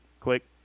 click